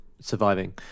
surviving